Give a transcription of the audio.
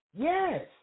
Yes